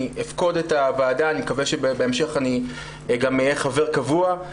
אני אפקוד את הוועדה ואני מקווה שבהמשך אני גם אהיה חבר קבוע,